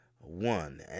one